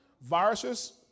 Viruses